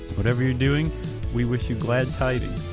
whatever you're doing we wish you glad tidings.